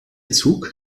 zug